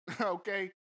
okay